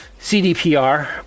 CDPR